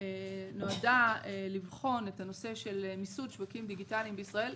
שנועדה לבחון את הנושא של מיסוד שווקים דיגיטליים בישראל.